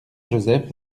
joseph